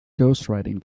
ghostwriting